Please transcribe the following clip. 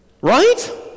Right